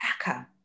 Aka